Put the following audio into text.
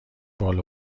بال